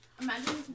Imagine